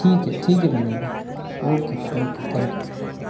ठीक है ठीक है मनोज भाई ओके ओके थैंक यू